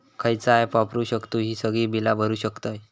खयचा ऍप वापरू शकतू ही सगळी बीला भरु शकतय?